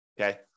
okay